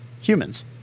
Humans